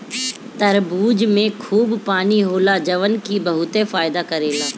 तरबूजा में खूब पानी होला जवन की बहुते फायदा करेला